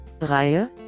Reihe